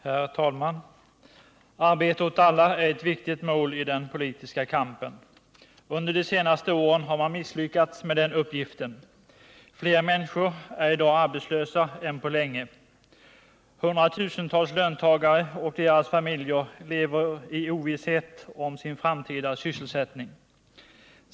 Herr talman! Arbete åt alla är ett viktigt mål i den politiska kampen. Under de senaste åren har man misslyckats med den uppgiften. Fler människor är i dag arbetslösa än på länge. Hundratusentals löntagare och deras familjer lever i ovisshet om sin framtida sysselsättning.